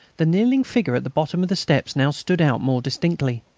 the kneeling figure at the bottom of the steps now stood out more distinctly.